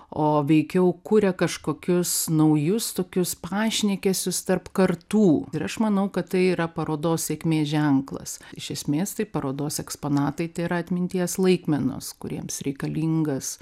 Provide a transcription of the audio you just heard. o veikiau kuria kažkokius naujus tokius pašnekesius tarp kartų ir aš manau kad tai yra parodos sėkmės ženklas iš esmės tai parodos eksponatai tėra atminties laikmenos kuriems reikalingas